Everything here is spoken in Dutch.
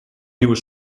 nieuwe